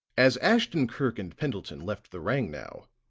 as ashton-kirk and pendleton left the rangnow,